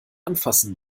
anfassen